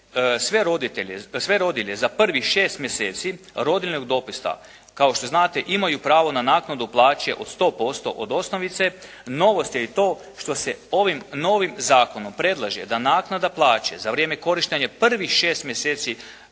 sve rodilje za prvih 6 mjeseci rodiljnog dopusta, kao što znate imaju pravo na naknadu plaće od 100% od osnovice, novost je i to što se ovim novim zakonom predlaže da naknada plaće za vrijeme korištenja prvih 6 mjeseci roditeljskog dopusta